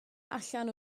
allan